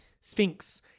sphinx